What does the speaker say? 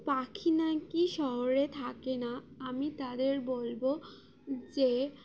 পাখি নাকি শহরে থাকে না আমি তাদের বলব যে